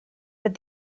but